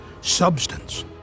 substance